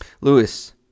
Lewis